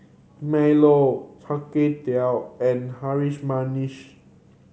milo Char Kway Teow and Harum Manis